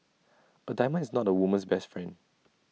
A diamond is not A woman's best friend